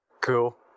Cool